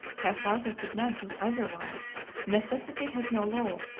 her father could not do otherwise. necessity has no law.